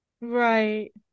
Right